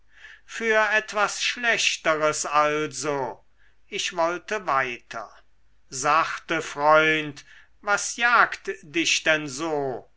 für etwas schlechteres also ich wollte weiter sachte freund was jagt dich denn so